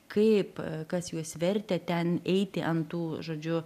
kaip kas juos vertė ten eiti ant tų žodžiu